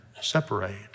separate